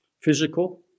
physical